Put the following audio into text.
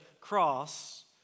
cross